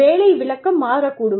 வேலை விளக்கம் மாறக்கூடும்